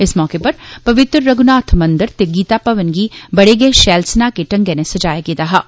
इस मौके र वित्र रघ्नाथ मंदिर ते गीता भवन गी बड़ै गै शैल स्नाहके ढंगै नै सजाया गेदा हा